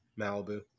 Malibu